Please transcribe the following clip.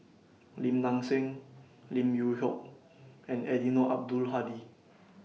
Lim Nang Seng Lim Yew Hock and Eddino Abdul Hadi